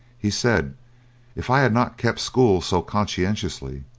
he said if i had not kept school so conscientiously,